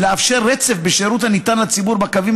היא לאפשר רצף בשירות הניתן לציבור בקווים